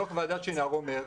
דוח ועדת שנהר אומר,